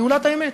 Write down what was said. גאולת האמת.